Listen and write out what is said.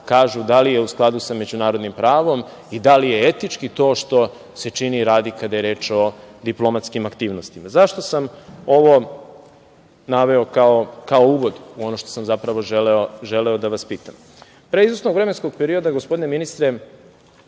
kažu, da li je u skladu sa međunarodnim pravom i da li je etički to što se čini i radi, kada je reč o diplomatskim aktivnostima.Zašto sam ovo naveo kao uvod u ono što sam zapravo želeo da vas pitam? Pre izvesnog vremenskog period, gospodine ministre,